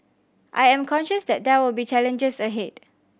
I am conscious that there will be challenges ahead